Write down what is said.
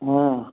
ହଁ